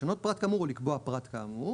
לשנות פרט כאמור או לקבוע פרט כאמור,